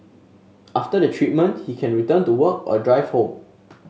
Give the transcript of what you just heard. after the treatment he can return to work or drive home